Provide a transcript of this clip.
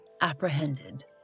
apprehended